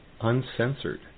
Uncensored